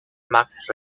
max